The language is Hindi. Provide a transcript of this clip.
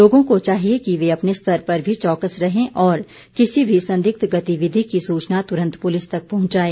लोगों को चाहिये कि वे अपने स्तर पर भी चौकस रहें और किसी भी संदिग्ध गतिविधि की सूचना तुरंत पुलिस तक पहुंचाएं